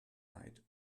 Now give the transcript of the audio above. night